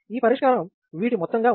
ఈ పరిష్కారం వీటి మొత్తం గా ఉంది